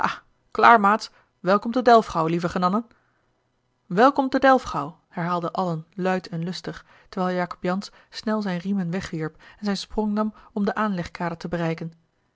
maats welkom te delfgauw lieve genannen welkom te delfgauw herhaalden allen luid en lustig terwijl jacob jansz snel zijne riemen weg wierp en zijn sprong nam om de aanlegkade te bereiken